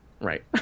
Right